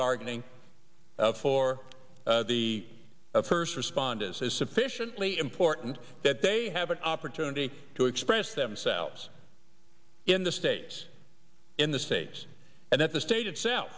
bargaining for the first responders is sufficiently important that they have an opportunity to express themselves in the states in the states and at the state itself